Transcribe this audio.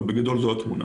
אבל בגדול זאת התמונה.